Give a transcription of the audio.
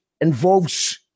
involves